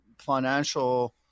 financial